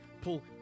pull